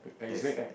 that's